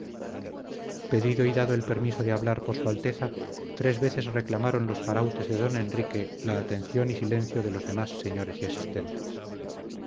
pedido y dado el permiso de hablar por su alteza tres veces reclamaron los farautes de don enrique la atención y silencio de los demás señores y asistentes